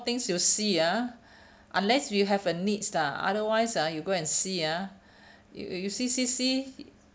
things you will see ah unless you have a needs lah otherwise ah you go and see ah you you see see see